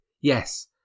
yes